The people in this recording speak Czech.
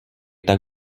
tak